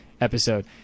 episode